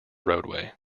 roadway